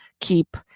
keep